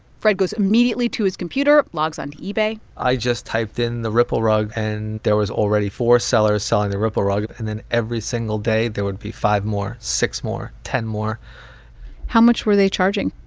fred goes immediately to his computer, logs onto ebay i just typed in the ripple rug, and there was already four sellers selling the ripple rug. but and then every single day, there would be five more, six more, ten more how much were they charging?